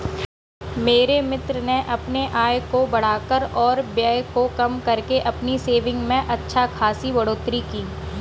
मेरे मित्र ने अपने आय को बढ़ाकर और व्यय को कम करके अपनी सेविंग्स में अच्छा खासी बढ़ोत्तरी की